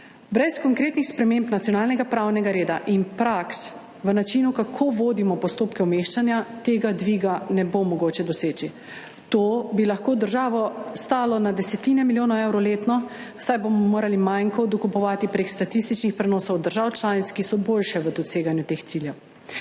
Brez konkretnih sprememb nacionalnega pravnega reda in praks v načinu, kako vodimo postopke umeščanja, tega dviga ne bo mogoče doseči. To bi lahko državo stalo na desetine milijonov evrov letno, saj bomo morali manko dokupovati prek statističnih prenosov držav članic, ki so boljše v doseganju teh ciljev.